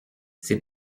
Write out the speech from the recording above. ses